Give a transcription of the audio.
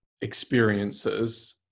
experiences